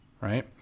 Right